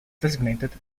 designated